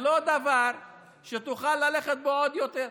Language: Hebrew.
זה לא דבר שתוכל ללכת בו עוד יותר.